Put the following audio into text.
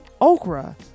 okra